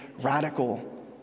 radical